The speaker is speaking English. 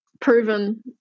proven